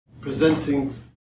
presenting